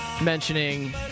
mentioning